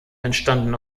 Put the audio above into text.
entstanden